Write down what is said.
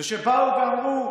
ושבאו ואמרו: